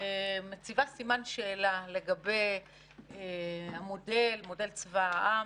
מציבה סימן שאלה לגבי מודל צבא העם,